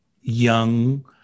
young